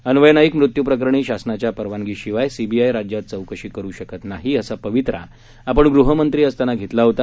अन्वय नाईक मृत्य प्रकरणी शासानाच्या परवानगी शिवाय सीबीआय राज्यात चौकशी करु शकत नाही असा पवित्रा आपण गृहमंत्री असताना घेतला होता